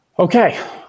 Okay